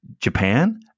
Japan